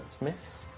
Miss